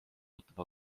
ootab